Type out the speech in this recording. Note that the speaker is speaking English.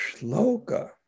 shloka